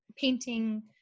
painting